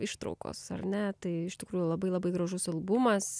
ištraukos ar ne tai iš tikrųjų labai labai gražus albumas